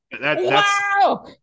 Wow